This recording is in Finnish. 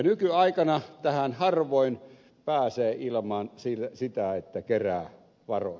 nykyaikana tähän harvoin pääsee ilman sitä että kerää varoja